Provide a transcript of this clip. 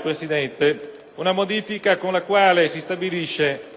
Presidente, una modifica con la quale si stabilisce